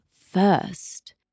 first